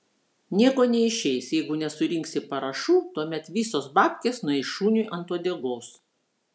nieko neišeis jeigu nesurinksi parašų tuomet visos babkės nueis šuniui ant uodegos